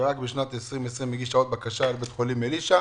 ורק בשנת 2020 הגישה עוד בקשה לבית חולים אלישע.